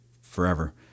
forever